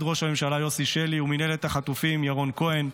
ראש הממשלה יוסי שלי וראש מינהלת החטופים ירון כהן,